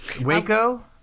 Waco